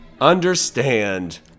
understand